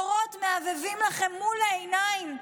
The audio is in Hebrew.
אורות מהבהבים לכם מול העיניים?